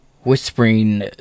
Whispering